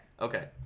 Okay